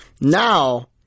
Now